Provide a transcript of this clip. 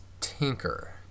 tinker